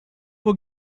will